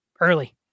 early